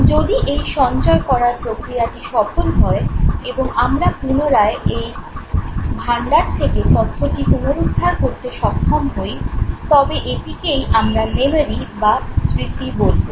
যদি এই সঞ্চয় করার প্রক্রিয়াটি সফল হয় এবং আমরা পুনরায় এই ভান্ডার থেকে তথ্যটি পুনরুদ্ধার করতে সক্ষম হই তবে এটিকেই আমরা মেমোরি বা স্মৃতি বলবো